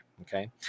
Okay